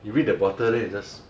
you read the bottle then you just